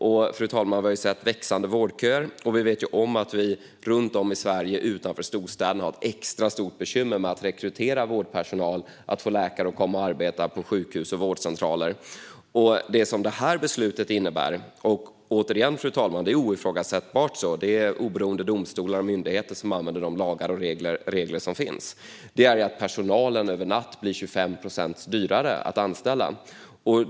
Vi har sett växande vårdköer, och vi vet att man utanför storstäderna har ett extra stort bekymmer att rekrytera vårdpersonal och få läkare att komma och arbeta på sjukhus och vårdcentraler. Det här beslutet innebär - det är oomstritt att det är så eftersom det är oberoende domstolar och myndigheter som använder de lagar och regler som finns - att personalen över en natt blir 25 procent dyrare att anställa.